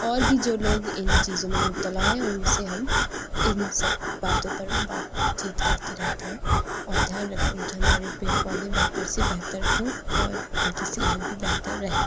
اور بھی جو لوگ اِن چیزوں میں مبتلا ہیں اُن سے ہم اِن سب باتوں پر بات چیت کرتے رہتے ہیں اور دھیان رکھتے ہیں کہ ہمارے پیڑ پودے بہتر سے بہتر ہوں اور اُن کی صحت بھی بہتر رہے